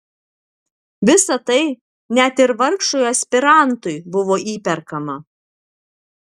visa tai net ir vargšui aspirantui buvo įperkama